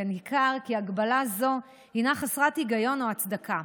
וניכר כי הגבלה זו הינה חסרת היגיון או הצדקה.